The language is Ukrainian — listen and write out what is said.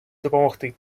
допомогти